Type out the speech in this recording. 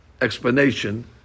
explanation